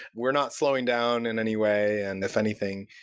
we're not slowing down in anyway. and if anything,